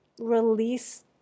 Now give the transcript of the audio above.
release